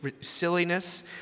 silliness